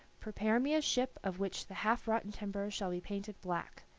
prepare me a ship of which the half-rotten timbers shall be painted black,